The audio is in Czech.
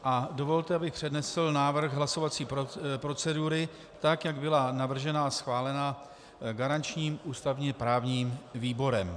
Dovolte, abych přednesl návrh hlasovací procedury, tak jak byla navržena a schválena garančním ústavněprávním výborem.